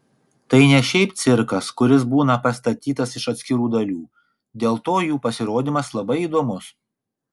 tai ne šiaip cirkas kuris būna pastatytas iš atskirų dalių dėl to jų pasirodymas labai įdomus